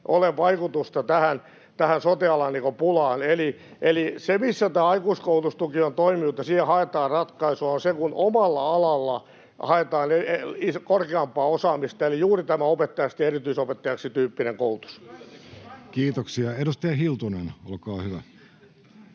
ole vaikutusta tähän sote-alan pulaan. Eli se, missä tämä aikuiskoulutustuki on toiminut ja siihen haetaan ratkaisua, on se, kun omalla alalla haetaan korkeampaa osaamista, eli juuri tämä opettajasta erityisopettajaksi ‑tyyppinen koulutus. [Speech 10] Speaker: Jussi Halla-aho